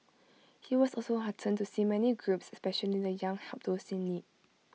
he was also heartened to see many groups especially the young help those in need